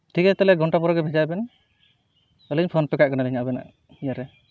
ᱴᱷᱤᱠ ᱜᱮᱭᱟ ᱛᱟᱦᱚᱞᱮ ᱮᱠ ᱜᱷᱚᱱᱴᱟ ᱯᱚᱨᱮᱜᱮ ᱵᱷᱮᱡᱟᱭ ᱵᱮᱱ ᱟᱹᱞᱤᱧ ᱯᱷᱳᱱ ᱯᱮ ᱠᱟᱜ ᱠᱟᱱᱟᱞᱤᱧ ᱦᱟᱸᱜ ᱟᱵᱮᱱᱟᱜ ᱤᱭᱟᱹᱨᱮ